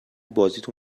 بازیتو